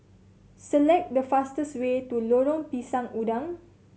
select the fastest way to Lorong Pisang Udang